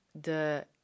de